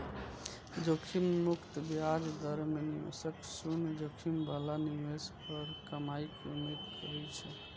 जोखिम मुक्त ब्याज दर मे निवेशक शून्य जोखिम बला निवेश पर कमाइ के उम्मीद करै छै